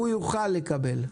הוא יוכל לקבל?